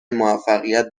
موفقیت